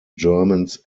germans